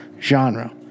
genre